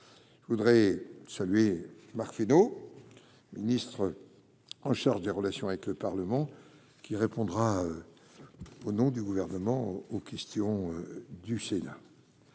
je voudrais saluer Marc Fesneau, ministre en charge des relations avec le Parlement, qui répondra au nom du gouvernement aux questions du Sénat,